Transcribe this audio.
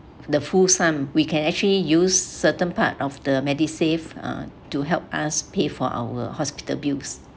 the full sum we can actually use certain part of the MediSave uh to help us pay for our hospital bills